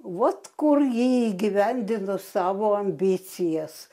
vot kur ji įgyvendino savo ambicijas